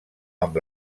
amb